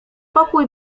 pokój